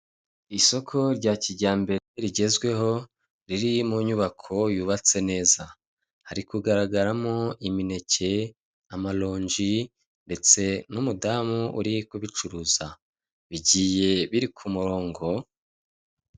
Isoko rya kijyambere rigezweho riri mu nyubako yubatse neza, hari kugaragaramo imineke, amaronji ndetse n'umudamu uri kubicuruza. Bigiye biri ku murongo.